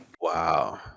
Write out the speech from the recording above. Wow